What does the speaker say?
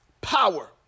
power